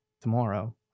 tomorrow